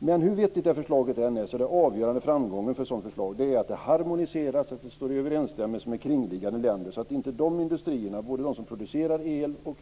Hur vettigt ett sådant förslag än är så är den avgörande framgången för förslaget att det harmoniseras så att det står i överensstämmelse med kringliggande länders produktionsbeskattning, för att inte dessa industrier - både de som producerar el och